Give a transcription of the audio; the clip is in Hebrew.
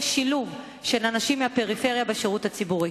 שילוב של אנשים מהפריפריה בשירות הציבורי.